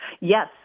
Yes